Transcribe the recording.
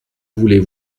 voulez